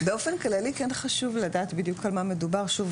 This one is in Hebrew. באופן כללי כן חשוב לדעת בדיוק על מה מדובר שוב,